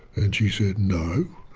and she said, no.